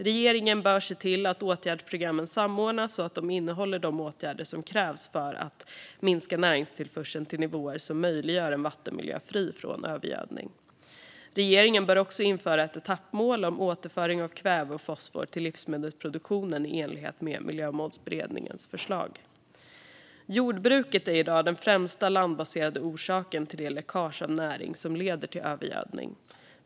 Regeringen bör se till att åtgärdsprogrammen samordnas så att de innehåller de åtgärder som krävs för att minska näringstillförseln till nivåer som möjliggör en vattenmiljö fri från övergödning. Regeringen bör också införa ett etappmål om återföring av kväve och fosfor till livsmedelsproduktionen i enlighet med Miljömålsberedningens förslag. Jordbruket är i dag den främsta landbaserade orsaken till det läckage av näring som leder till övergödning.